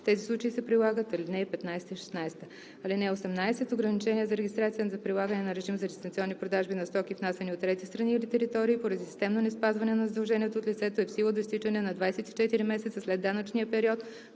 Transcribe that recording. тези случаи се прилагат ал. 15 – 16. (18) Ограничение за регистрация за прилагане на режим за дистанционни продажби на стоки, внасяни от трети страни или територии, поради системно неспазване на задължението от лицето е в сила до изтичане на 24 месеца след данъчния период,